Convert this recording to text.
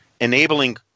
enabling